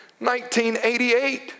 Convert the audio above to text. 1988